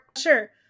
sure